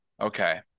okay